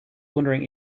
wondering